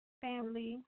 Family